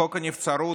חוק הנבצרות,